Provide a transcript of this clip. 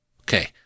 okay